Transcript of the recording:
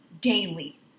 daily